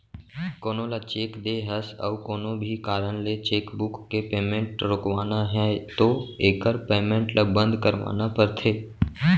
कोनो ल चेक दे हस अउ कोनो भी कारन ले चेकबूक के पेमेंट रोकवाना है तो एकर पेमेंट ल बंद करवाना परथे